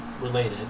related